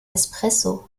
espresso